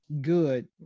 good